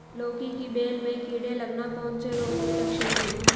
लौकी की बेल में कीड़े लगना कौन से रोग के लक्षण हैं?